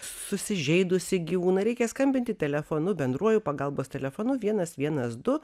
susižeidusį gyvūną reikia skambinti telefonu bendruoju pagalbos telefonu vienas vienas du